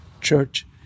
church